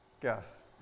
guess